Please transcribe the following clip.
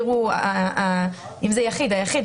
לא היו לנו עכשיו כל מיני דילמות פרשניות לגבי המסלול הזה.